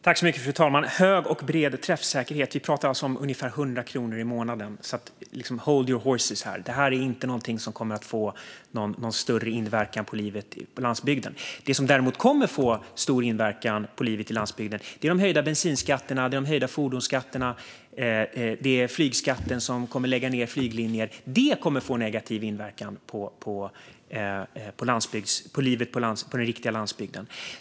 Fru talman! Hög och bred träffsäkerhet? Vi pratar om ungefär 100 kronor i månaden. Hold your horses! Det här kommer inte att få någon större inverkan på livet på landsbygden. Det som däremot kommer att få stor inverkan på livet på landsbygden är de höjda bensinskatterna, de höjda fordonsskatterna och flygskatten, som kommer att leda till att flyglinjer läggs ned. Det kommer att få negativ inverkan på livet på den riktiga landsbygden.